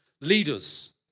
Leaders